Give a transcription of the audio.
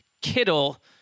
Kittle